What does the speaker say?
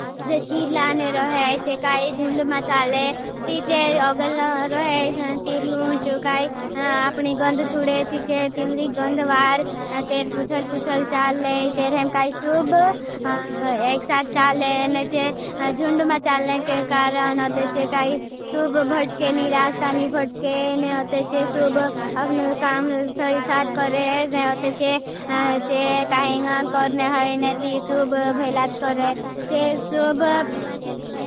जो चीर लाने रोहे। चे काई जुंड मा चाले, ती चे अगल रोहे। चे चीर लूँच काई आपनी गंद छुडे। ती चे तिंद्री गंद वार तेर पुछल पुछल चाले। तेर हम काई सुब एक साथ चाले। न चे जुंड मा चालने के कारण अते चे काई सुब भटके, न काई साथ करे। चे काई गंद करने होई। ती सुब भेलाथ करे, चे सुब।